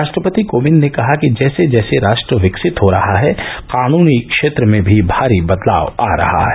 राष्ट्रपति कोविंद ने कहा कि जैसे जैसे राष्ट्र विकसित हो रहा है कानूनी क्षेत्र में भी भारी बदलाव आ रहा है